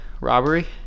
robbery